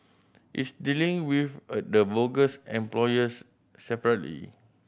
it's dealing with the bogus employers separately